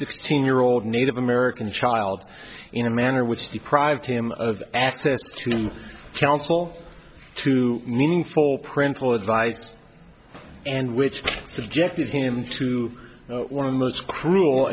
sixteen year old native american child in a manner which deprived him of access to counsel to meaningful principle advice and which suggested him to one of the most cruel